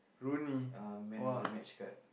Rooney !wah!